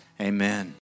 amen